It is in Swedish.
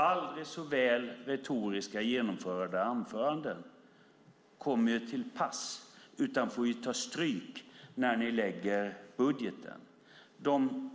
Aldrig så retoriskt väl genomförda anföranden kommer till pass utan får ta stryk när ni lägger fram budgeten. Den